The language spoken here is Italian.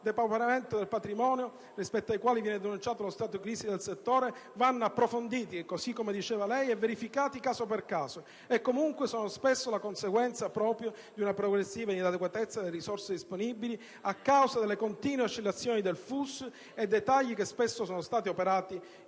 depauperamento del patrimonio), rispetto ai quali viene denunciato lo stato di crisi del settore, vanno approfonditi e, così come diceva lei, signor Ministro, verificati caso per caso, e comunque sono spesso la conseguenza proprio di una progressiva inadeguatezza delle risorse disponibili a causa delle continue oscillazioni del FUS e dei tagli che molte volte sono stati operati in